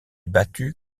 battue